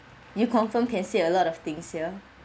you confirm can see a lot of things here